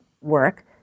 work